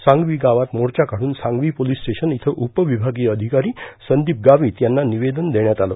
सांगवी गावात मोर्चा क्रादून सांगवी पोलीस स्टेशन इयं उपविमागीय अधिकारी संदीप गावीत यांना निवेदन देण्यात आले